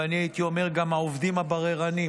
ואני הייתי אומר גם: העובדים הבררניים.